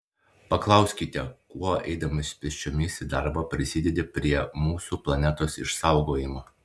paklausite kuo eidamas pėsčiomis į darbą prisidedi prie mūsų planetos išsaugojimo